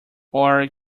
are